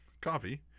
Coffee